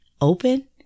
open